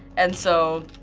and so,